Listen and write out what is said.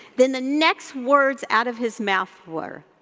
then the next words out of his mouth were,